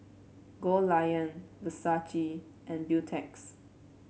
Goldlion Versace and Beautex